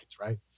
right